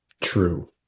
True